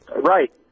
Right